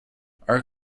our